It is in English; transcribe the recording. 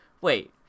wait